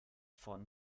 vom